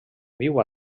viu